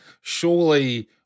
surely